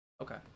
okay